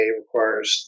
requires